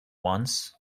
once